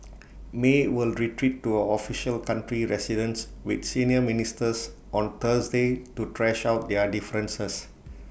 may will retreat to our official country residence with senior ministers on Thursday to thrash out their differences